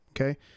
okay